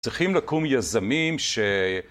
צריכים לקום יזמים ש...